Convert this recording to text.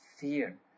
fear